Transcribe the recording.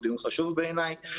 הוא דיון חשוב בעיניי,